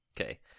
okay